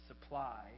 supply